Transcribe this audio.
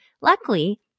Luckily